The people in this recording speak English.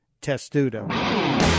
Testudo